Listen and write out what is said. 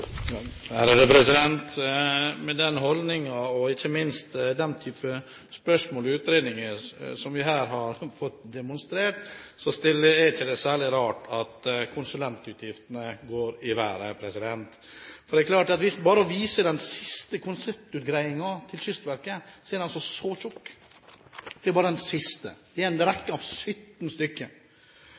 utredninger som vi her har fått demonstrert, er det ikke særlig rart at konsulentutgiftene går i været. Jeg kan bare vise fram den siste konseptutgreiingen til Kystverket, som altså er så tykk. Det er bare den siste i en rekke av 17 stykker.